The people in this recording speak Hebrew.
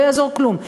לא יעזור כלום,